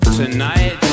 Tonight